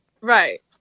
Right